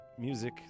music